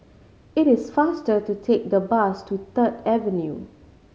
it is faster to take the bus to Third Avenue